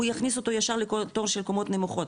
הוא יכניס אותו ישר לתור של קומות נמוכות,